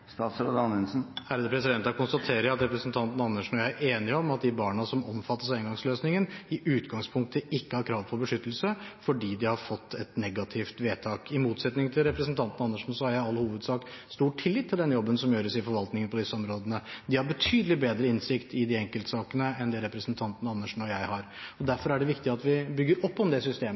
Da konstaterer jeg at representanten Andersen og jeg er enig om at de barna som omfattes av éngangsløsningen, i utgangspunktet ikke har krav på beskyttelse, fordi de har fått et negativt vedtak. I motsetning til representanten Andersen har jeg i all hovedsak stor tillit til den jobben som gjøres i forvaltningen på disse områdene. Der har de betydelig bedre innsikt i de enkeltsakene enn det representanten Andersen og jeg har. Derfor er det viktig at vi bygger opp om det systemet.